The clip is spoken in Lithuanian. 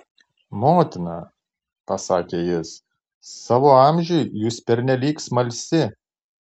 motina pasakė jis savo amžiui jūs pernelyg smalsi